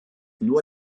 nur